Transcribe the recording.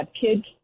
kids